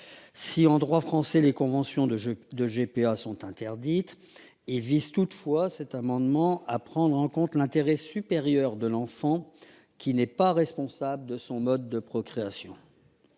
Si, en droit français, les conventions de GPA sont interdites, cet amendement vise néanmoins à prendre en compte l'intérêt supérieur de l'enfant, qui n'est pas responsable de son mode de procréation.